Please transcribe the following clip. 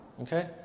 Okay